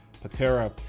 Patera